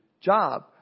job